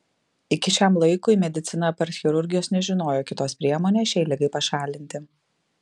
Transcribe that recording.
iki šiam laikui medicina apart chirurgijos nežinojo kitos priemonės šiai ligai pašalinti